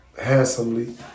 handsomely